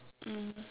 mmhmm